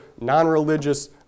non-religious